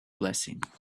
blessing